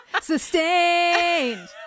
Sustained